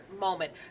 moment